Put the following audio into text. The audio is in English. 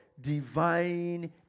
divine